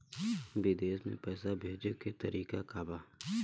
विदेश में पैसा भेजे के तरीका का बा?